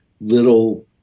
little